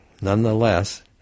nonetheless